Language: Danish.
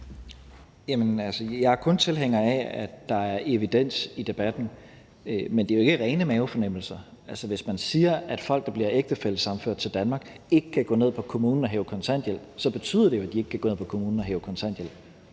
jeg er kun tilhænger af, at der er evidens i debatten, men det er jo ikke rene mavefornemmelser. Altså, hvis man siger, at folk, der bliver ægtefællesammenført til Danmark, ikke kan gå ned på kommunen og hæve kontanthjælp, så betyder det jo, at de ikke kan gå ned på kommunen og hæve kontanthjælp.